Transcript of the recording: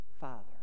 father